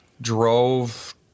drove